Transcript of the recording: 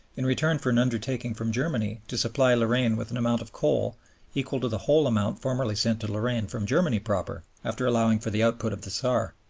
in return for an undertaking from germany to supply lorraine with an amount of coal equal to the whole amount formerly sent to lorraine from germany proper, after allowing for the output of the saar.